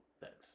thanks